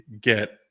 get